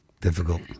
Difficult